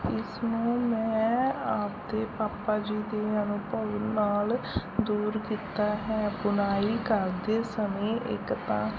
ਇਸ ਨੂੰ ਮੈਂ ਆਪਣੇ ਪਾਪਾ ਜੀ ਦੇ ਅਨੁਭਵ ਨਾਲ ਦੂਰ ਕੀਤਾ ਹੈ ਬੁਣਾਈ ਕਰਦੇ ਸਮੇਂ ਇੱਕ ਤਾਂ